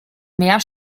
mehr